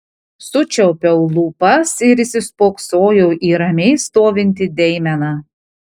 sučiaupiau lūpas ir įsispoksojau į ramiai stovintį deimeną